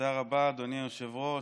תודה רבה, אדוני היושב-ראש.